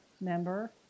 member